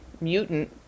mutant